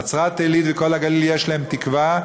נצרת-עילית וכל הגליל, יש להם תקווה,